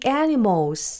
animals